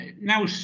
now